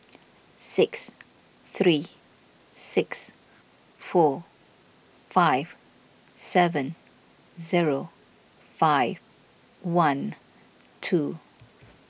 six three six four five seven zero five one two